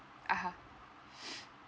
(uh huh)